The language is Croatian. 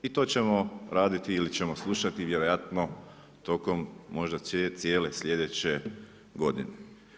I to ćemo raditi ili ćemo slušati vjerojatno tokom možda cijele slijedeće godine.